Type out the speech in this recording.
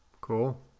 Cool